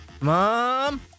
Mom